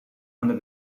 under